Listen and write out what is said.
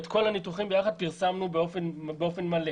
את כל הניתוחים יחד פרסמנו באופן מלא.